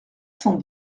cent